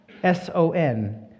S-O-N